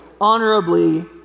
honorably